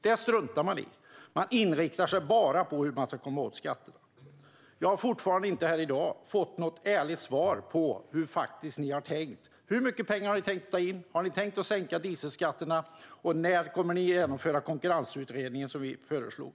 Man struntar i detta och inriktar sig bara på hur man ska komma åt skatterna. Jag har fortfarande inte fått något ärligt svar på hur ni har tänkt. Hur mycket pengar har ni tänkt ta in? Har ni tänkt sänka dieselskatterna? Och när kommer ni att genomföra den konkurrensutredning som vi föreslog?